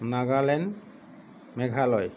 Nagaland Meghalaya